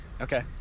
Okay